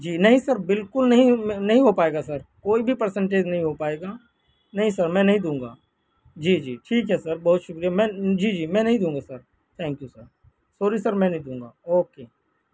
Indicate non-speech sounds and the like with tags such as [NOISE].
جی نہیں سر بالکل نہیں [UNINTELLIGIBLE] نہیں ہو پائے گا سر کوئی بھی پرسینٹیج نہیں ہو پائے گا نہیں سر میں نہیں دوں گا جی جی ٹھیک ہے سر بہت شکریہ میں جی جی میں نہیں دوں گا sir thank you sir sorry sir میں نہیں دوں گا اوکے